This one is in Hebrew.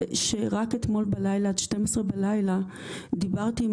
שרק אתמול בלילה עד 00:00 בלילה דיברתי עם